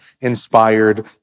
inspired